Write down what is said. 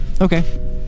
Okay